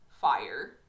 Fire